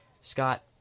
Scott